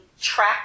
track